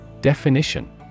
Definition